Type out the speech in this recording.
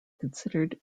considered